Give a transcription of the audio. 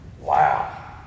Wow